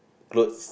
clothes